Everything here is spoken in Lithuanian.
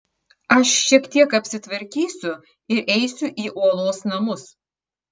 aš šiek tiek apsitvarkysiu ir eisiu į uolos namus